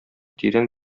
тирән